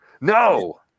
No